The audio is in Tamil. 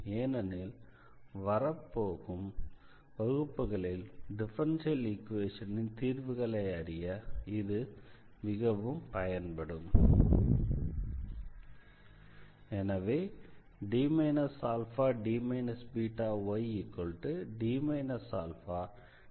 ஏனெனில் வரப்போகும் வகுப்புகளில் டிஃபரன்ஷியல் ஈக்வேஷனின் தீர்வுகளை அறிய இது மிகவும் பயன்படும்